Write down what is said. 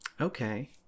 Okay